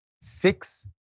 six